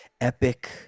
epic